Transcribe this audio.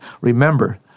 remember